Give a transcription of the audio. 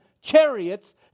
chariots